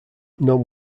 none